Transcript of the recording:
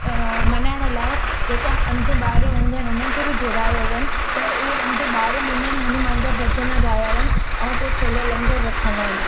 मल्हाइण लाइ जेका अंध ॿार हूंदा आहिनि हुननि खे बि घुरायो हुयनि त उहा अंध ॿारनि हुननि हनुमान जा भॼन ॻाया हुअनि ऐं पोइ छेले लंगर रखंदा आहिनि